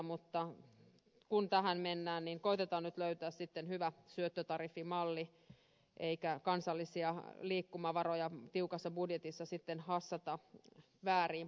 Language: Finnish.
mutta kun tähän mennään niin koetetaan nyt löytää sitten hyvä syöttötariffimalli eikä kansallisia liikkumavaroja tiukassa budjetissa sitten hassata vääriin paikkoihin